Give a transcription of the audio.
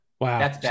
Wow